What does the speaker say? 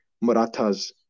Marathas